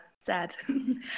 sad